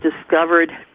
discovered